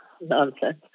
nonsense